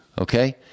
Okay